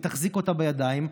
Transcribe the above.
היא תחזיק אותה בידיים,